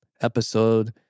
episode